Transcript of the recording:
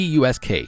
DUSK